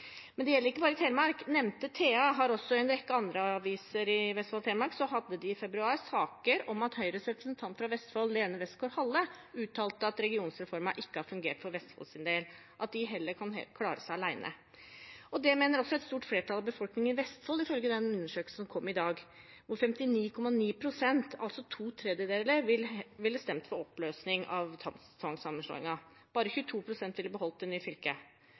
Men det gjelder ikke bare i Telemark. Nevnte TA og også en rekke andre aviser i Vestfold og Telemark hadde i februar saker om at Høyres representant fra Vestfold, Lene Westgaard-Halle, uttalte at regionreformen ikke har fungert for Vestfolds del, og at de heller kan klare seg alene. Det mener også et stort flertall av befolkningen i Vestfold, ifølge den undersøkelsen som kom i dag, hvor 59,9 pst., altså to tredjedeler, ville stemt for oppløsning av tvangssammenslåingen. Bare 22 pst. ville beholdt det nye fylket.